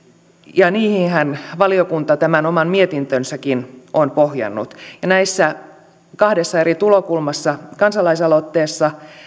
ja niihinhän valiokunta tämän oman mietintönsäkin on pohjannut näissä kahdessa eri tulokulmassa kansalaisaloitteessa